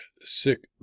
sick